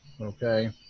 Okay